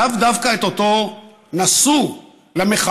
לאו דווקא את אותו נשוא למחאה,